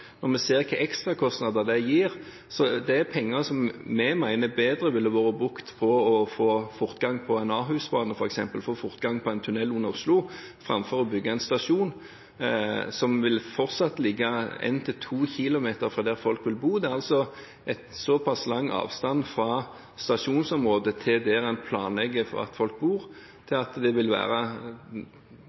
vi ser hvilke ekstrakostnader det gir. Dette er penger som vi mener ville vært brukt bedre ved å få fortgang f.eks. på en Ahus-bane eller på en tunnel under Oslo – framfor å bygge en stasjon som fortsatt vil ligge 1–2 km fra der folk vil bo. Det er altså såpass lang avstand fra stasjonsområdet til der man planlegger for at folk skal bo, at det er lite trolig at så mye folk vil